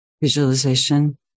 Visualization